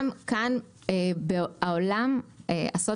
גם כאן המקום שבו בא העולם הסוציואקונומי